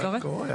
מהביקורת